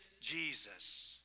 Jesus